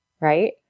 right